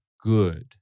good